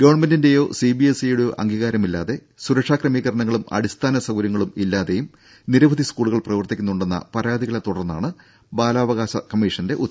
ഗവൺമെന്റിന്റെയോ C B S E യുടെയോ അംഗീകാരമില്ലാതെ സുരക്ഷാ ക്രമീകരണങ്ങളും അടിസ്ഥാന സൌകര്യങ്ങളും ഇല്ലാതെ നിരവധി സ്കൂളുകൾ പ്രവർത്തിക്കുന്നുണ്ടെന്ന പരാതികളെ തുടർന്നാണ് ബാലാവകാശ കമ്മീഷന്റെ ഉത്തരവ്